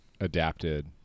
adapted